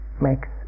makes